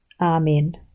Amen